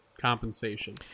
compensation